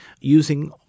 using